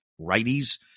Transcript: righties